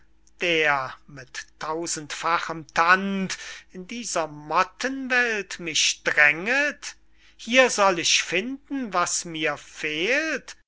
der mit tausendfachem tand in dieser mottenwelt mich dränget hier soll ich finden was mir fehlt